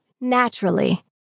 Naturally